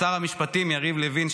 לשר המשפטים יריב לוין,